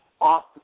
off